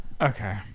Okay